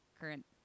current